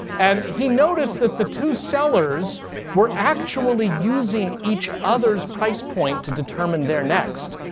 and he noticed that the two sellers were actually using each other's price point to determine their next.